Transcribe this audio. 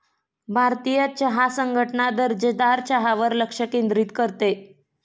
भारतीय चहा संघटना दर्जेदार चहावर लक्ष केंद्रित करते